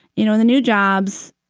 you know, the new jobs,